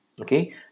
Okay